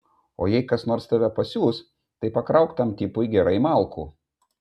o jei kas nors tave pasiųs tai pakrauk tam tipui gerai malkų